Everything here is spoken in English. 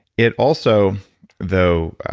it also though,